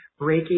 Reiki